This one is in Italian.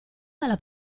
dalla